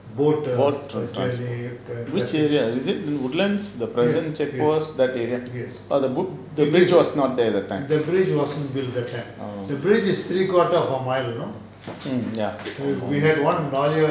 boat transport which area is it woodlands the present checkpoints that area oh the bridge was not there at the time orh mm ya